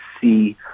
see